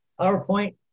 PowerPoint